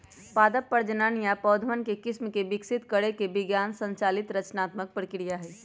पादप प्रजनन नया पौधवन के किस्म के विकसित करे के विज्ञान संचालित रचनात्मक प्रक्रिया हई